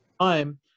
time